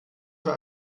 für